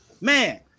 man